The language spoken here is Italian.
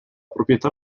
proprietà